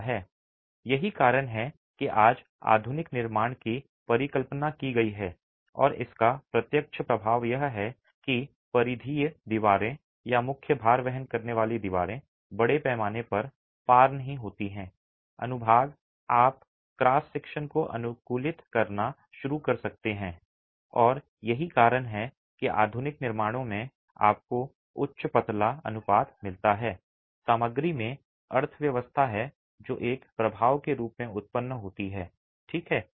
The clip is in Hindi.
यही कारण है कि आज आधुनिक निर्माण की परिकल्पना की गई है और इसका प्रत्यक्ष प्रभाव यह है कि परिधीय दीवारें या मुख्य भार वहन करने वाली दीवारें बड़े पैमाने पर पार नहीं होती हैं अनुभाग आप क्रॉस सेक्शन को अनुकूलित करना शुरू कर सकते हैं और यही कारण है कि आधुनिक निर्माणों में आपको उच्च पतला अनुपात मिलता है सामग्री में अर्थव्यवस्था है जो एक प्रभाव के रूप में उत्पन्न होती है ठीक है